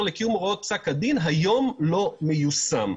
לקיום הוראות פסק הדין לא מיושם היום.